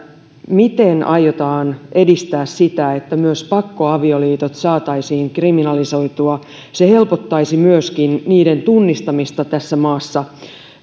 miten aiotaan edistää sitä että myös pakkoavioliitot saataisiin kriminalisoitua se helpottaisi myöskin niiden tunnistamista tässä maassa